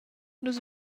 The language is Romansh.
nus